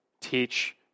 teach